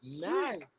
Nice